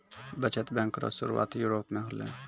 बचत बैंक रो सुरुआत यूरोप मे होलै